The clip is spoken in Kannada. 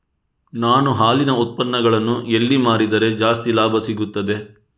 ನಾನು ಹಾಲಿನ ಉತ್ಪನ್ನಗಳನ್ನು ಎಲ್ಲಿ ಮಾರಿದರೆ ಜಾಸ್ತಿ ಲಾಭ ಸಿಗುತ್ತದೆ?